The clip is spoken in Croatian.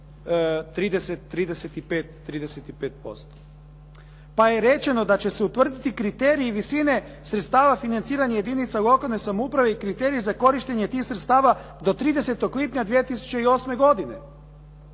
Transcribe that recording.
2011. 35%. Pa je rečeno da će se utvrditi kriteriji visine sredstava financiranja jedinica lokalne samouprave i kriteriji za korištenje tih sredstava do 30. lipnja 2008. godine.